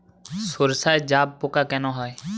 সর্ষায় জাবপোকা কেন হয়?